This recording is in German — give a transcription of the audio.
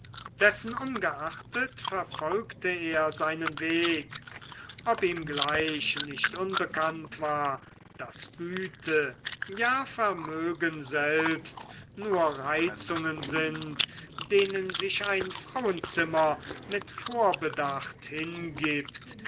dessenungeachtet verfolgte er seinen weg ob ihm gleich nicht unbekannt war daß güte ja vermögen selbst nur reizungen sind denen sich ein frauenzimmer mit vorbedacht hingibt